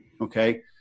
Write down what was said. okay